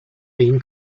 ihnen